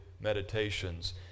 Meditations